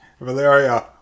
Valeria